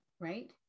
right